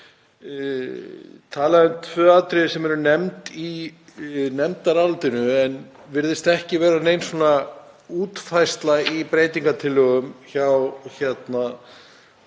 tala um tvö atriði sem eru nefnd í nefndarálitinu en virðist ekki vera nein útfærsla á í breytingartillögum hjá